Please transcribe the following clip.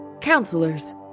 Counselors